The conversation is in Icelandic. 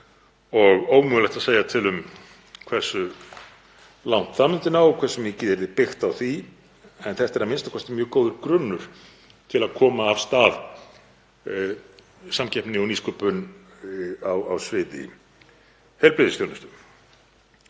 og ómögulegt að segja til um hversu langt það myndi ná, hversu mikið yrði byggt á því. En þetta er a.m.k. mjög góður grunnur til að koma af stað samkeppni og nýsköpun á sviði heilbrigðisþjónustu.